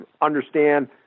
understand